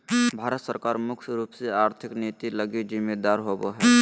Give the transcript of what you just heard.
भारत सरकार मुख्य रूप से आर्थिक नीति लगी जिम्मेदर होबो हइ